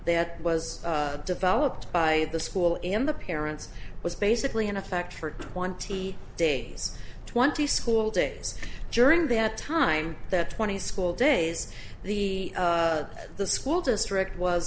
that was developed by the school in the parents was basically in effect for twenty days twenty school days during that time that twenty school days the the school district was